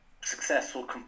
successful